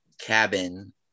cabin